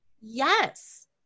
Yes